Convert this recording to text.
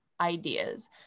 ideas